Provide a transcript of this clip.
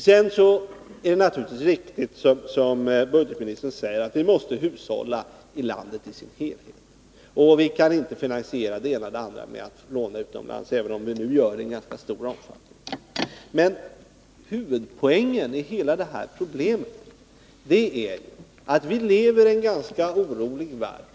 Det är naturligtvis riktigt som budgetministern säger, att vi måste hushålla ilandet i dess helhet, att vi inte kan finansiera det ena eller det andra med att låna utomlands, även om vi nu gör det i ganska stor omfattning. Men huvudpoängen med hela det här problemet är att vi lever i en ganska orolig värld.